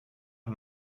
and